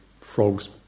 frogs